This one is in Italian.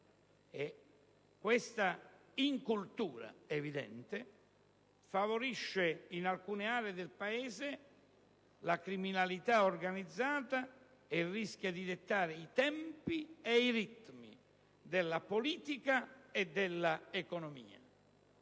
Questa incultura evidente favorisce in alcune aree del Paese la criminalità organizzata e rischia di dettare i tempi e i ritmi della politica e dell'economia.